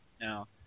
Now